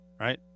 right